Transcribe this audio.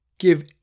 give